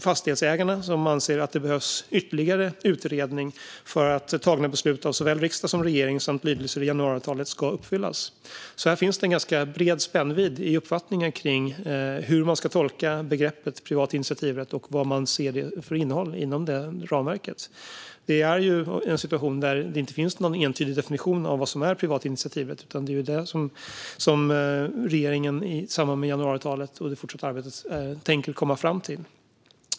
Fastighetsägarna anser att det behövs ytterligare utredning för att beslut som fattats av såväl riksdag som regering samt lydelser i januariavtalet ska uppfyllas. Det finns alltså en ganska bred spännvidd i uppfattningen om hur man ska tolka begreppet privat initiativrätt och vilket innehåll man ser inom det ramverket. Vi är ju i en situation där det inte finns någon entydig definition av vad som är privat initiativrätt, utan det är detta som regeringen i samband med januariavtalet och i det fortsatta arbetet tänker komma fram till.